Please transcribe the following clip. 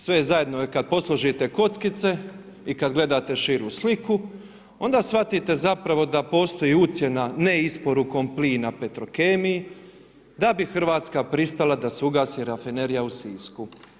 Sve zajedno je kad posložite kockice i kad gledate širu sliku onda shvatite zapravo da postoji ucjena neisporukom plina Petrokemiji, da bi Hrvatska pristala da se ugasi Rafinerija u Sisku.